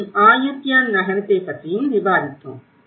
மேலும் ஆயுத்யா நகரத்தைப் பற்றியும் விவாதித்தோம்